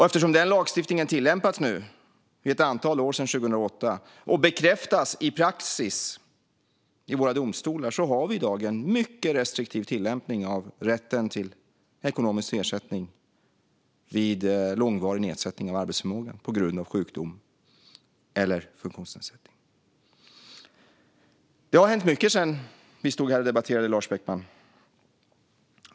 Eftersom den lagstiftningen tillämpats i ett antal år sedan 2008 och bekräftats i praxis i våra domstolar har vi i dag en mycket restriktiv tillämpning av rätten till ekonomisk ersättning vid långvarig nedsättning av arbetsförmågan på grund av sjukdom eller funktionsnedsättning. Det har hänt mycket sedan vi stod här och debatterade, Lars Beckman.